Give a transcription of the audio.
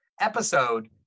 episode